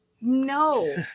No